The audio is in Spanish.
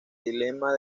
dilema